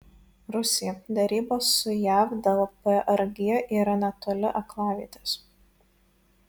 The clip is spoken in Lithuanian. rusija derybos su jav dėl prg yra netoli aklavietės